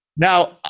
Now